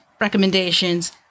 recommendations